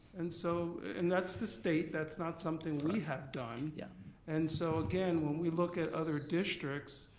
and so and that's the state, that's not something we have done. yeah and so again, when we look at other districts,